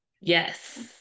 yes